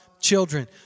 children